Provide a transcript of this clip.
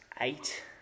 eight